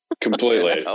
Completely